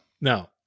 No